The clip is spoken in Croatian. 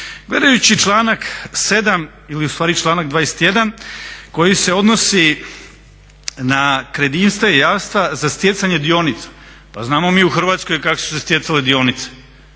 Gledajući članak 7. ili ustvari članak 21. koji se odnosi na kredite i jamstva za stjecanje dionica. Pa znamo mi u Hrvatskoj kako su se stjecale dionice.